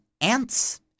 ants